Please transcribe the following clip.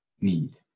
need